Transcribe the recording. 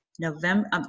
November